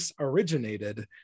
originated